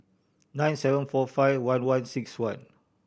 nine seven four five one one six one